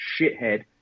shithead